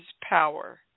power